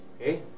Okay